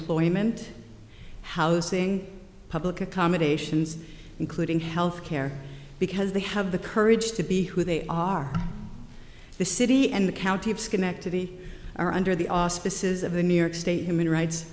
employment housing public accommodations including health care because they have the courage to be who they are the city and county of schenectady are under the auspices of the new york state human rights